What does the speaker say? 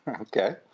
Okay